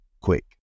quick